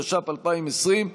התש"ף 2020,